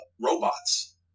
robots